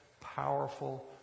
powerful